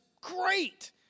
great